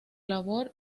sabor